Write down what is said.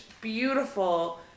beautiful